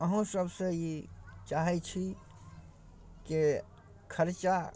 अहूँसभसँ ई चाहै छी कि खरचा